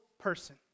person